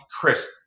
Chris